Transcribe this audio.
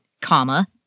comma